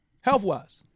Health-wise